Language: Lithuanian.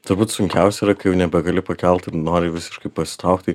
turbūt sunkiausia yra kai jau nebegali pakelt ir nori visiškai pasitraukt tai